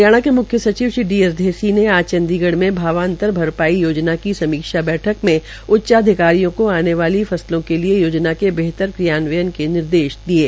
हरियाणा के मुख्य सचिव श्री डी एस ढेसी ने आज चंडीगढ़ में भावांतर भरपाई योजना की समीक्षा बैठक में उचचधिकारियों को आने वाली फसलों के लिए योजना के बेहतर क्रियान्वयन के निर्देश दिये